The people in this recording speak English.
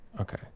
okay